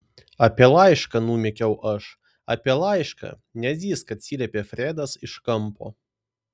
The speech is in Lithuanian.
apie laišką numykiau aš apie laišką nezyzk atsiliepė fredas iš kampo